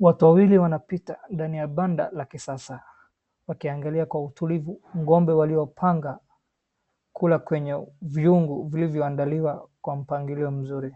Watu wawili wanapita ndani ya banda la kisasa, wakiangalia kwa utulivu ng'ombe waliopanga kula kwenye viungu vilivyoandaliwa kwa mpangilio mzuri.